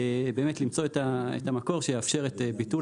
באמת למצוא את המקום שיאפשר את ביטול